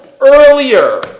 earlier